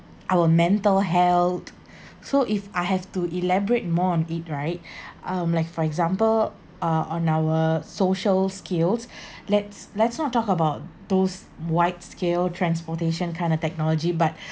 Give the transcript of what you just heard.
our mental health so if I have to elaborate more on it right um like for example uh on our social skills let's let's not talk about those wide scale transportation kind of technology but